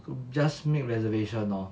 you just make reservation lor